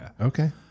Okay